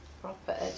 proper